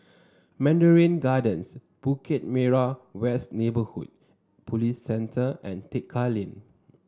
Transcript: Mandarin Gardens Bukit Merah West Neighbourhood Police Centre and Tekka Lane